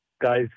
guys